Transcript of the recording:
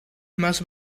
más